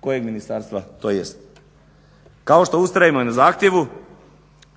kojeg ministarstva to jest. Kao što ustrajemo i na zahtjevu